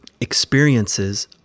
experiences